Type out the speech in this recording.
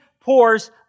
pours